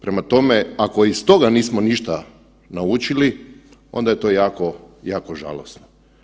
Prema tome, ako iz toga nismo ništa naučili onda je to jako, jako žalosno.